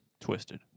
Twisted